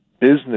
business